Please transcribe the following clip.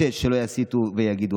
ההחלטות שלא יסיתו ויגידו,